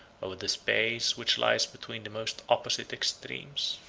over the space which lies between the most opposite extremes.